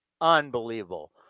Unbelievable